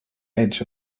edge